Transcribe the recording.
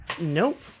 Nope